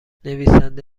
نویسنده